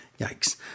Yikes